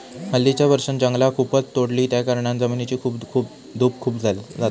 हल्लीच्या वर्षांत जंगला खूप तोडली त्याकारणान जमिनीची धूप खूप जाता